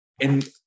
And-